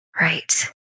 Right